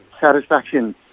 satisfaction